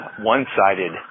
one-sided